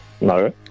no